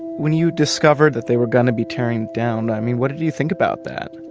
when you discovered that they were going to be tearing down i mean what do do you think about that?